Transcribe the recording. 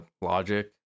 Logic